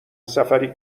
سفری